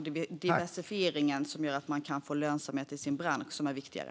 Diversifieringen som gör att man kan få lönsamhet i sin bransch är viktigare.